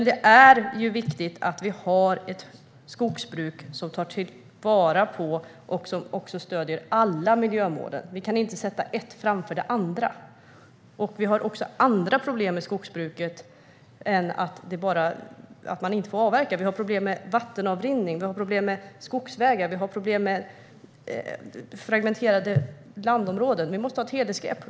Det är dock viktigt att vi har ett skogsbruk som tar vara på och stöder alla miljömålen. Vi kan inte sätta ett framför ett annat. Vi har också andra problem med skogsbruket än att man inte får avverka; vi har problem med vattenavrinning, skogsvägar och fragmenterade landområden. Vi måste ta ett helhetsgrepp.